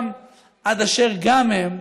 עד אשר גם הם,